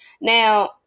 Now